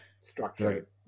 structure